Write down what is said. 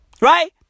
Right